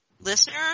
Listeners